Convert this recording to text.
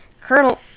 Colonel